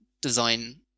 design